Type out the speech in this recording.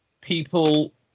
people